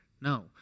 No